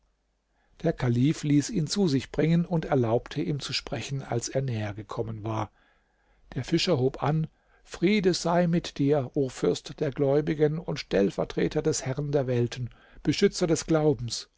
der kalif ließ ihn zu sich bringen und erlaubte ihm zu sprechen als er näher gekommen war der fischer hob an friede sei mit dir o fürst der gläubigen und stellvertreter des herrn der welten beschützer des glaubens